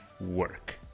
work